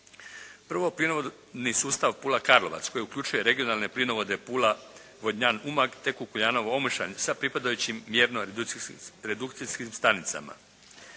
Prvo plinovodni sustav Pula-Karlovac koji uključuje regionalne plinovode Pula-Vodnjan-Umag te Kukuljanovo-Omišalj sa pripadajućim mjerno redukcijskim stanicama.